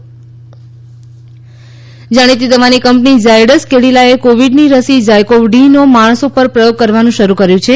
Covid રસી પ્રયોગ જાણીતી દવાની કંપની ઝાયડસ કેડિલાએ કોવિડની રસી ઝાયકોવ ડી નો માણસો પર પ્રયોગ કરવાનું શરૂ કર્યું છે